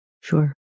Sure